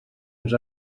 ens